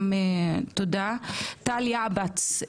תודה לטל יעבץ.